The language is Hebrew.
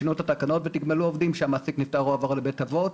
שינו את התקנות ותיגמלו עובדים כשהמעסיק נפטר או הועבר לבית אבות,